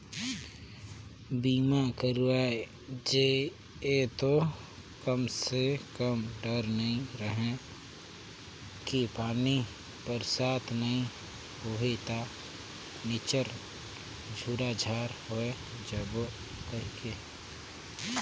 बीमा करवाय जे ये तो कम से कम डर नइ रहें कि पानी बरसात नइ होही त निच्चर झूरा झार होय जाबो कहिके